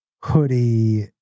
hoodie